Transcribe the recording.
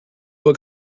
what